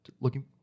looking